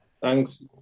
Thanks